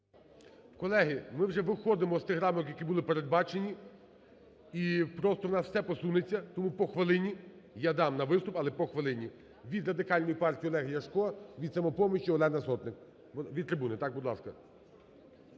Колеги, ми вже виходимо з тих рамок, які були передбачені. І просто у нас все посунеться. Тому по хвилині я дам на виступ, але по хвилині. Від Радикальної партії Олег Ляшко. Від "Самопомочі" Олена Сотник. Від трибуни, так, будь ласка.